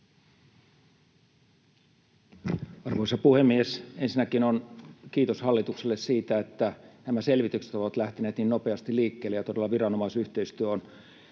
Arvoisa puhemies! Ensinnäkin kiitos hallitukselle siitä, että nämä selvitykset ovat lähteneet niin nopeasti liikkeelle ja todella viranomaisyhteistyö on